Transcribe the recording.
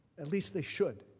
at least they should.